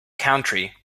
country